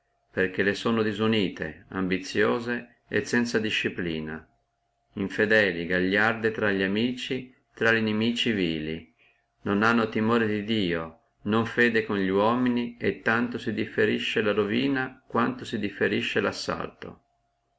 perché le sono disunite ambiziose sanza disciplina infedele gagliarde fra li amici fra nimici vile non timore di dio non fede con li uomini e tanto si differisce la ruina quanto si differisce